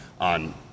on